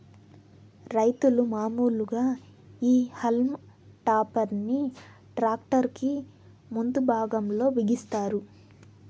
రైతులు మాములుగా ఈ హల్మ్ టాపర్ ని ట్రాక్టర్ కి ముందు భాగం లో బిగిస్తారు